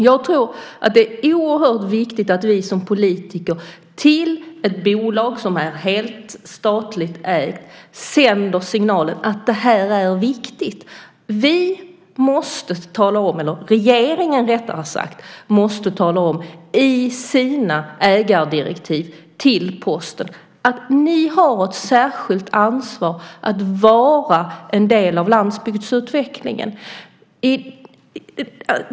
Jag tror att det är oerhört viktigt att vi som politiker till ett bolag som är helt statligt ägt sänder signalen att det här är viktigt. Vi måste tala om, eller rättare sagt regeringen måste tala om, i sina ägardirektiv till Posten att de har ett särskilt ansvar för att vara en del av landsbygdsutvecklingen.